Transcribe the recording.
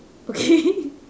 okay